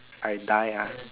I die uh